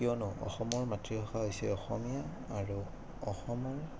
কিয়নো অসমৰ মাতৃভাষা হৈছে অসমীয়া আৰু অসমৰ